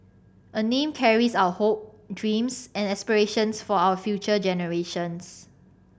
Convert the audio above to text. a name carries our hope dreams and aspirations for our future generations